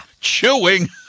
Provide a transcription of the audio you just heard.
Chewing